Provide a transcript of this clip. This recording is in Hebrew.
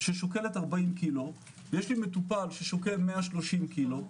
ששוקלת 40 קילו, יש לי מטופל ששוקל 130 קילו.